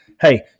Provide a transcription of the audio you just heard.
hey